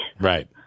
Right